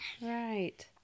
Right